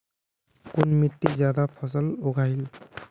कुन मिट्टी ज्यादा फसल उगहिल?